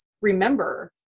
remember